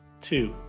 two